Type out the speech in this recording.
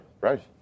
right